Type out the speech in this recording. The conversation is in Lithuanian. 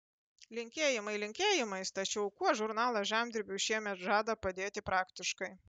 linkėjimai linkėjimais tačiau kuo žurnalas žemdirbiui šiemet žada padėti praktiškai